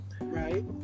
Right